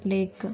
lake